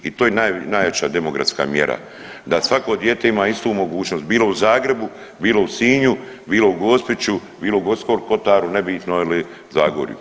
I to je najjača demografska mjera da svako dijete ima istu mogućnost, bilo u Zagrebu, bilo u Sinju, bilo u Gospiću, bilo u Gorskom kotaru nebitno ili Zagorju.